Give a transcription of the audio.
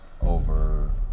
over